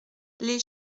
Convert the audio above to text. les